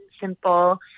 simple